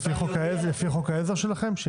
לפי חוק העזר שלכם?